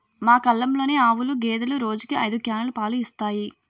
మా కల్లంలోని ఆవులు, గేదెలు రోజుకి ఐదు క్యానులు పాలు ఇస్తాయి